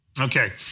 Okay